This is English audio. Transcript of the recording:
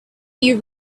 you